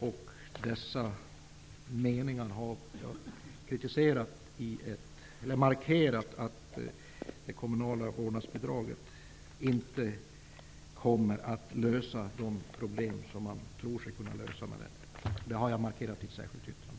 Men det kommunala vårdnadsbidraget kommer inte att innebära en lösning på de problem som man härmed tror sig kunna lösa. Detta har jag markerat i ett särskilt yttrande.